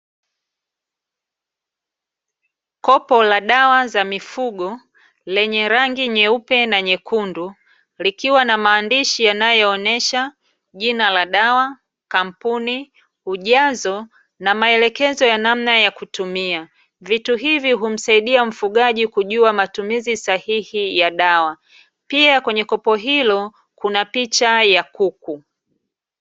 Kopo la dawa za mifugo lenye rangi nyeupe na nyekundu likiwa na maandishi yanayoonyesha jina la dawa, kampuni, ujazo na maelekezo ya namna ya kutumia , vitu hivi humsaidia mfugaji kujua matumizi sahihi ya dawa pia kwenye kopo hilo kuna picha ya kuku .